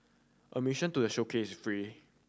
admission to a showcase is free